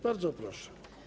Bardzo proszę.